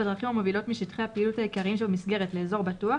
בדרכים המובילות משטחי הפעילות העיקריים שבמסגרת לאזור בטוח,